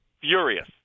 furious